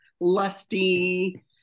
lusty